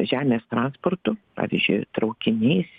žemės transportu pavyzdžiui traukiniais